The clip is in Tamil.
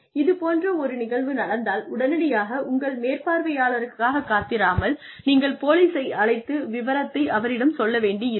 இதுபோன்ற ஒரு நிகழ்வு நடந்தால் உடனடியாக உங்கள் மேற்பார்வையாளருக்காகக் காத்திருக்காமல் நீங்கள் போலீசை அழைத்து விவரத்தை அவரிடம் சொல்ல வேண்டியிருக்கும்